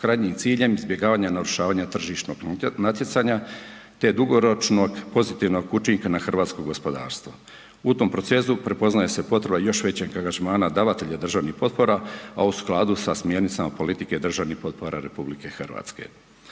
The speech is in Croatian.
krajnjim ciljem izbjegavanja narušavanja tržišnog natjecanja te dugoročnog pozitivnog učinka na hrvatsko gospodarstvo. U tom procesu prepoznaje se potreba još većeg angažmana davatelja državnih potpora a u skladu sa smjernicama politike državnih potpora RH.